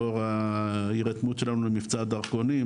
לאור ההירתמות שלנו למצבע הדרכונים,